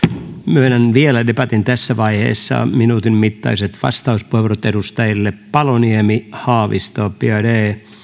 myönnän vielä debatin tässä vaiheessa minuutin mittaiset vastauspuheenvuorot edustajille paloniemi haavisto biaudet ja